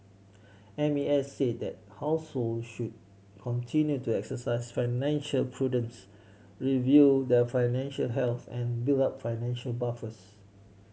M A S said that household should continue to exercise financial prudence review their financial health and build up financial buffers